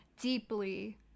deeply